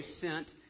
sent